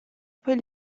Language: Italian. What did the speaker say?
poi